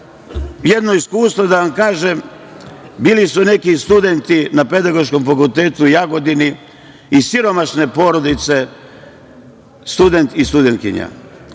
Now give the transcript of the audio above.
jedno iskustvo, bili su neki studenti na Pedagoškom fakultetu u Jagodini iz siromašne porodice, student i studentkinja.